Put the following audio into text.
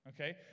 Okay